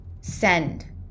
Send